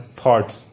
thoughts